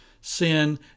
sin